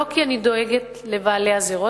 לא כי אני דואגת לבעלי הזירות,